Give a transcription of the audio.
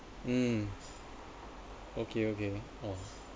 mm okay okay of course